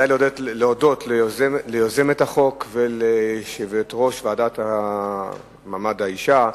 אני מבקש להודות ליוזמת החוק וליושבת-ראש הוועדה למעמד האשה.